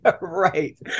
right